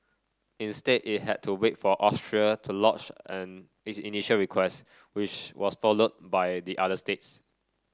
instead it had to wait for Austria to lodge an its initial request which was followed by the other states